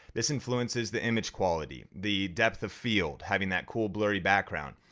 this influences the image quality, the depth of field having that cool blurry background,